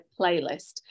playlist